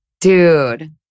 Dude